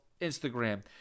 Instagram